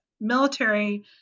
military